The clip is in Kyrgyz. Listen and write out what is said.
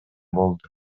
болду